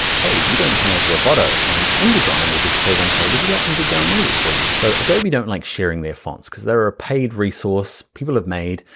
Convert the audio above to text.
hey, you don't have roboto. and indesign will be clever and say, would you like me to download it for you? so adobe don't like sharing their fonts cuz they're a paid resource people have made.